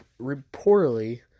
reportedly